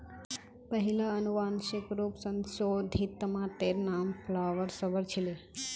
पहिला अनुवांशिक रूप स संशोधित तमातेर नाम फ्लावर सवर छीले